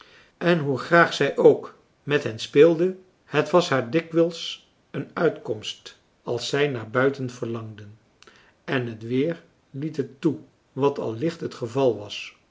en hoe graag zij ook met hen speelde het was haar dikwijls een uitkomst als zij naar buiten verlangden en het weer liet het toe wat al licht het geval was